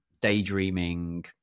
daydreaming